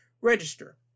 Register